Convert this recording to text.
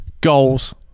Goals